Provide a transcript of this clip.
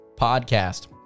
Podcast